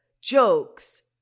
jokes